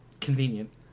Convenient